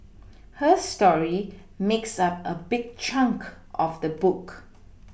her story makes up a big chunk of the book